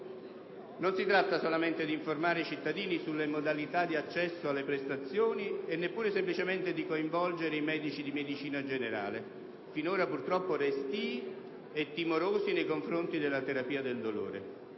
Non si tratta soltanto di informare i cittadini sulle modalità di accesso alle prestazioni e neppure soltanto di coinvolgere i medici di medicina generale, finora purtroppo restii e timorosi nei confronti della terapia del dolore.